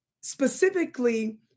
specifically